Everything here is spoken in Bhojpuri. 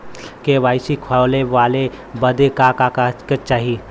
के.वाइ.सी खोलवावे बदे का का कागज चाही?